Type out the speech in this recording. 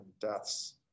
deaths